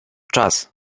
czas